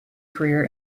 career